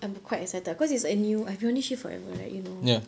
I'm quite excited because it's a new I've been on this shift forever right you know